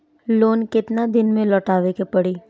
Loan केतना दिन में लौटावे के पड़ी?